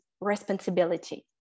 responsibility